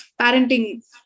parenting